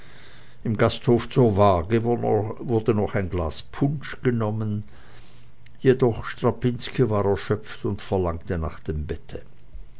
im gasthof zur waage wurde noch ein glas punsch genommen jedoch strapinski war erschöpft und verlangte nach dem bette